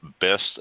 best